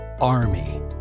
ARMY